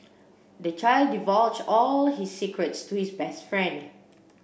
the child divulge all his secrets to his best friend